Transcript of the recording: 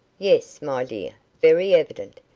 yes, my dear, very evident.